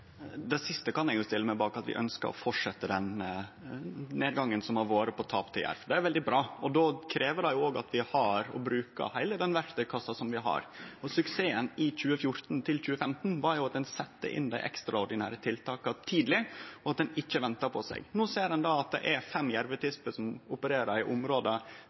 Det siste kan eg stille meg bak, at vi ønskjer å fortsetje nedgangen som har vore på tap til jerv. Det er veldig bra. Då krev det òg at vi har og brukar heile den verktykassa vi har. Suksessen i 2014–2015 var at ein sette inn dei ekstraordinære tiltaka tidleg, og at ein ikkje venta. No ser ein at det er fem jervtisper som opererer i områda mellom Oppland og Sogn og Fjordane. Nokon av dei er det ei